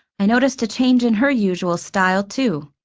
i noticed a change in her usual style, too.